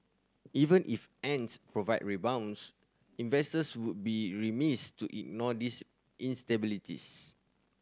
even if Ant's profit rebounds investors would be remiss to ignore these instabilities